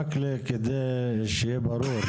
רק כדי שיהיה ברור,